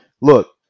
look